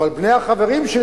אבל בני החברים שלי,